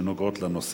שנוגעות לנושא.